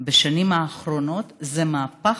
בשנים האחרונות זה מהפך.